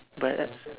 but uh